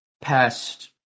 past